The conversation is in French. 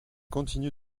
continue